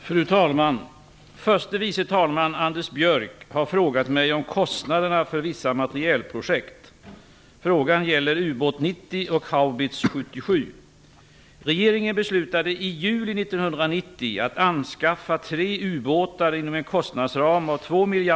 Fru talman! Förste vice talman Anders Björck har frågat mig om kostnaderna för vissa materielprojekt.